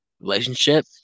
relationship